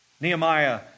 Nehemiah